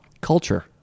culture